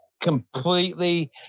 completely